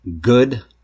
good